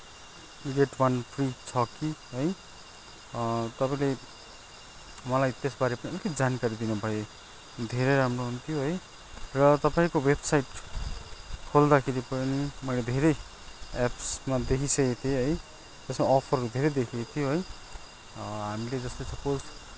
get one free छ कि है तपाईँले मलाई त्यसबारे पनि अलिकति जानकारी दिनुभए धेरै राम्रो हुन्थ्यो है र तपाईँको वेबसाइट खोल्दाखेरि पनि मैले धेरै एप्समा देखिसकेको थिएँ है त्यसमा अफरहरू धेरै देखिएको थियो है हामीले जस्तै सपोज